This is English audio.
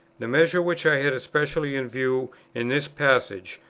the measure which i had especially in view in this passage,